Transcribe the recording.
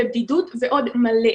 בבדיקות ועוד מלא.